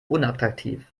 unattraktiv